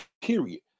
period